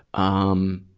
um,